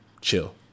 Chill